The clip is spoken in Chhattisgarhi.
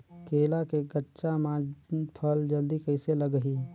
केला के गचा मां फल जल्दी कइसे लगही?